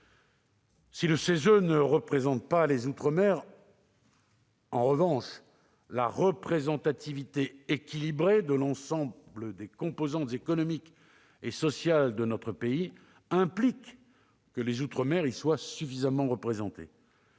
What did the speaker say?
Si le CESE ne représente pas les outre-mer, en revanche, la représentativité équilibrée de l'ensemble des composantes économiques et sociales de notre pays implique que les outre-mer y soient suffisamment représentés.